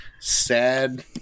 sad